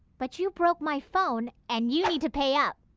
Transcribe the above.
but you broke my phone and you need to pay up!